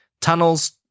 Tunnels